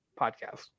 Podcast